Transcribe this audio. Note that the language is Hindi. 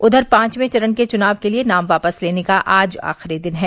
उधर पांचवे चरण के चुनाव के लिए नाम वापस लेने का आज आखिरी दिन है